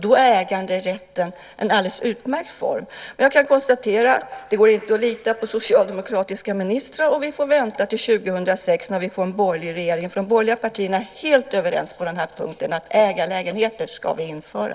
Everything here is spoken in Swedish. Då är äganderätten en alldeles utmärkt form. Jag kan konstatera att det inte går att lita på socialdemokratiska ministrar och att vi får vänta till 2006, när vi får en borgerlig regering. De borgerliga partierna är helt överens på den här punkten. Ägarlägenheter ska vi införa.